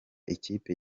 ikipe